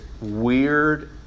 weird